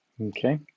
Okay